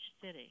city